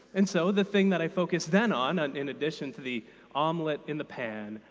and so the thing that i focused then on, in addition to the omelette in the pan,